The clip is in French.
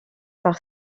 par